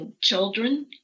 children